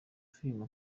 filime